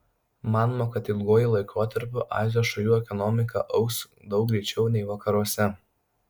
manoma kad ilguoju laikotarpiu azijos šalių ekonomika augs daug greičiau nei vakaruose